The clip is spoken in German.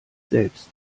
selbst